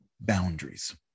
Boundaries